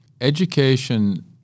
Education